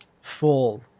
full